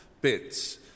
bits